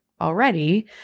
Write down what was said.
already